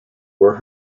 were